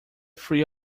three